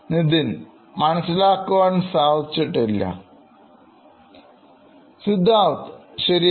Nithin മനസ്സിലാക്കുവാൻ സാധിച്ചിട്ടില്ല Siddharth ശരിയാണ്